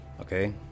okay